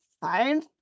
fine